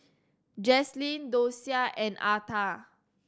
Jaslyn Dosia and Arta